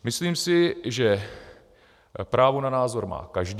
Myslím si, že právo na názor má každý.